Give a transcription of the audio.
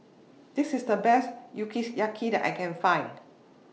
This IS The Best that I Can Find